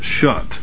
shut